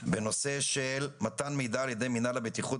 בנושא מתן מידע על ידי מינהל הבטיחות